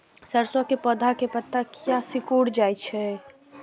सरसों के पौधा के पत्ता किया सिकुड़ जाय छे?